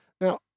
now